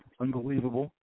unbelievable